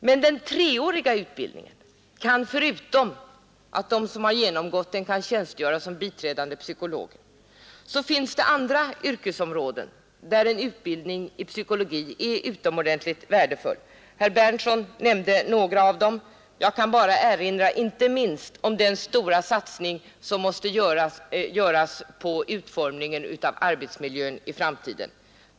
Men vad den treåriga utbildningen beträffar finns det, förutom möjligheten att de som genomgått den kan tjänstgöra som biträdande psykologer, andra yrkesområden där en utbildning i psykologi är utomordentligt värdefull. Herr Berndtson nämnde några av dem. Jag kan erinra inte minst om den stora satsning som måste göras på utformningen av arbetsmiljön i framtiden.